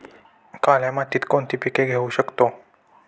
काळ्या मातीत कोणती पिके घेऊ शकतो?